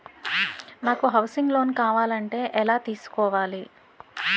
నాకు housing loan కావాలంటే ఎలా తీసుకోవాలి?